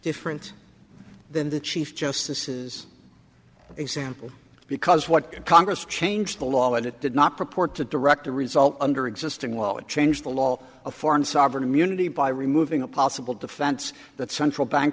different than the chief justice's example because what can congress change the law and it did not report to direct the result under existing law it changed the law a foreign sovereign immunity by removing a possible defense that central bank